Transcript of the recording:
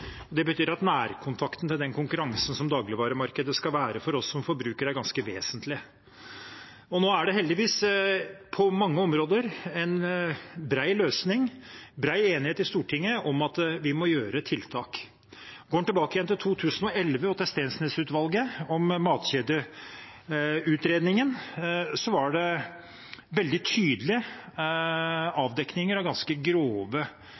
dag. Det betyr at nærkontakten til den konkurransen som dagligvaremarkedet skal være for oss som forbrukere, er ganske vesentlig. Nå er det heldigvis på mange områder en bred løsning og bred enighet i Stortinget om at vi må sette inn tiltak. Går en tilbake til 2011 og Steensnæs-utvalget om matkjedeutredningen, var det veldig tydelige avdekninger av ganske grove